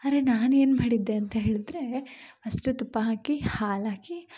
ಆರೆ ನಾನು ಏನು ಮಾಡಿದ್ದೆ ಅಂತ ಹೇಳಿದ್ರೆ ಅಷ್ಟೇ ತುಪ್ಪ ಹಾಕಿ ಹಾಲು ಹಾಕಿ